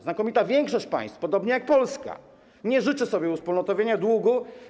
Znakomita większość państw, podobnie jak Polska, nie życzy sobie uwspólnotowienia długu.